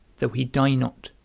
though he die not,